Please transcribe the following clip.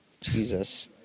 Jesus